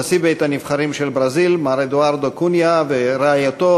נשיא בית-הנבחרים של ברזיל מר אדוארדו קוניה ורעייתו,